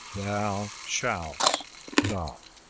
thou shalt die!